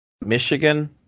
Michigan